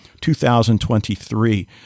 2023